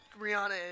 Rihanna